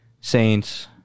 Saints